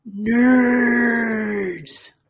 Nerds